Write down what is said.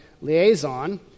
liaison